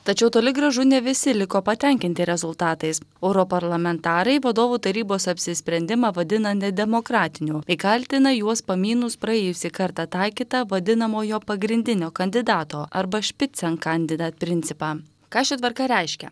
tačiau toli gražu ne visi liko patenkinti rezultatais europarlamentarai vadovų tarybos apsisprendimą vadina nedemokratiniu kaltina juos pamynus praėjusį kartą taikytą vadinamojo pagrindinio kandidato arba špicen kandidat principą ką ši tvarka reiškia